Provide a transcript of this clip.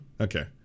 Okay